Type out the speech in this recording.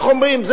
איך אומרים,